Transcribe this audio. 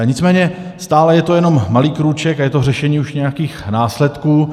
Nicméně stále je to jenom malý krůček a je to řešení už nějakých následků.